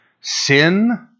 sin